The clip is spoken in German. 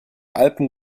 alpen